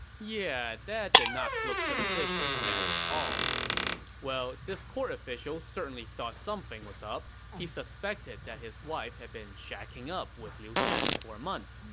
yeah, that did not look suspicious at all well, this court official certainly thought something was up. he suspected that his wife had been shacking up with liu shan for a month,